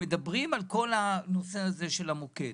שמדברים על כל הנושא הזה של המוקד.